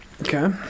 Okay